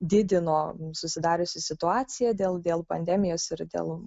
didino susidariusi situacija dėl dėl pandemijos ir dėl